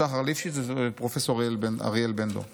פרופ' שחר ליפשיץ ופרופ' אריאל בנדור.